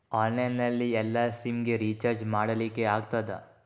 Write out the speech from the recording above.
Online ನಲ್ಲಿ ಎಲ್ಲಾ sim ಗೆ ರಿಚಾರ್ಜ್ ಮಾಡಲಿಕ್ಕೆ ಆಗ್ತದಾ?